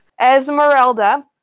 Esmeralda